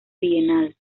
bienal